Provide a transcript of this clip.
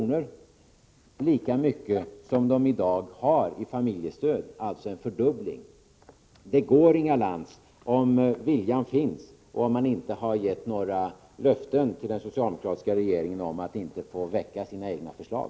netto, lika mycket som man i dag har i familjestöd, alltså en fördubbling. Det går, Inga Lantz, om viljan finns och om man inte har gett något löfte till den socialdemokratiska regeringen om att inte väcka egna förslag.